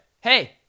hey